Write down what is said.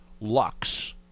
Lux